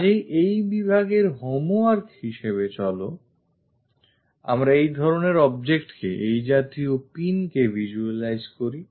কাজেই এই বিভাগের homework হিসেবে চলো আমরা এই ধরনের objectকে এই জাতীয় pinকে visualize করি